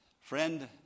Friend